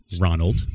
Ronald